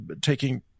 taking